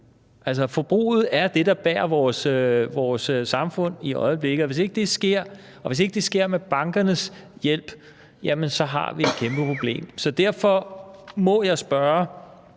forbruget er det, der bærer vores samfund i øjeblikket, og hvis ikke det sker, og hvis ikke det sker med bankernes hjælp, har vi et kæmpe problem. Derfor må jeg spørge